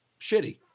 shitty